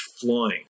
flying